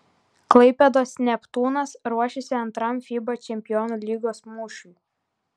klaipėdos neptūnas ruošiasi antram fiba čempionų lygos mūšiui